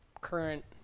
current